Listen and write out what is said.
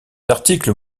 articles